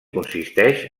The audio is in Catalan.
consisteix